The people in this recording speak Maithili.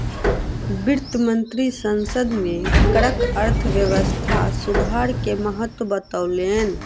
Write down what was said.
वित्त मंत्री संसद में करक अर्थव्यवस्था सुधार के महत्त्व बतौलैन